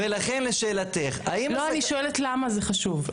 ולכן לשאלתך --- לא, אני שואלת למה זה חשוב?